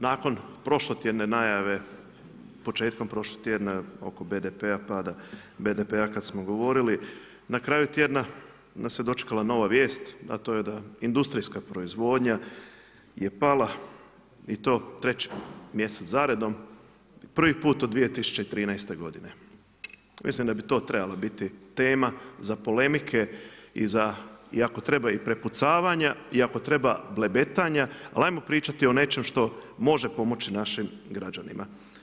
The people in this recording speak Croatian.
Nakon prošlotjedne najave, početkom prošlom tjedna, oko BDP-a, pada BDP-a kada smo govorili, na kraju tjedna nas je dočekala nova vijest, a to je da industrijska proizvodnja je pala i to treći mjesec za redom, prvi put od 2013.g. Mislim da bi to trebala biti tema za polemike i za, i ako treba prepucavanja i ako treba blebetanja, ali ajmo pričati o nečemu što može pomoći našim građanima.